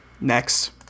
Next